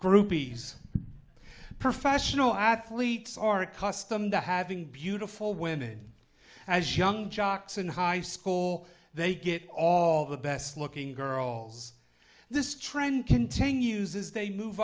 groupies professional athletes are accustomed to having beautiful women as young jocks in high school they get all the best looking girls this trend continues as they move